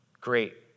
great